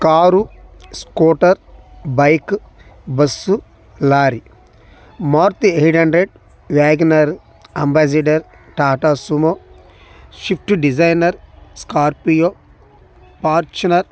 car scooter bike bus lorry Maruti eight hundred Wagon R Ambassador Tata Sumo Swift designer Scorpio Fortuner